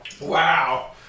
Wow